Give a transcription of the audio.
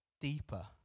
deeper